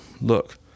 look